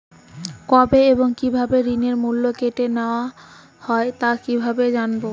কবে এবং কিভাবে ঋণের মূল্য কেটে নেওয়া হয় তা কিভাবে জানবো?